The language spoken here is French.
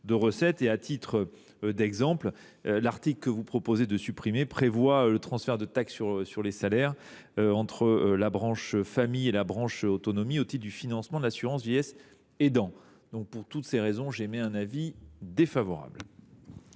de recettes. Ainsi, l’article que vous proposez de supprimer prévoit le transfert de la taxe sur les salaires entre la branche famille et la branche autonomie au titre du financement de l’assurance vieillesse des aidants. Pour toutes ces raisons, j’émets un avis défavorable.